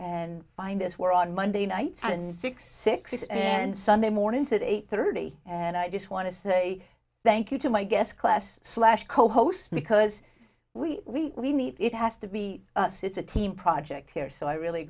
and find us we're on monday nights and six six and sunday morning to eight thirty and i just want to say thank you to my guest class slash co host because we need it has to be us it's a team project here so i really